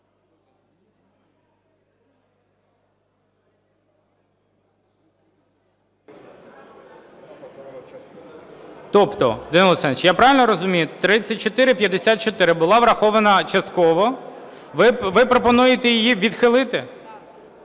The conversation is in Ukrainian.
Тобто, Данило Олександрович, я правильно розумію: 3464 була врахована частково, ви пропонуєте її відхилити?